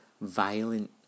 violent